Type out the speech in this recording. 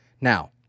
Now